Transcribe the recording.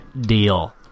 deal